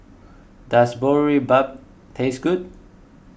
Does Boribap taste good